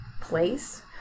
place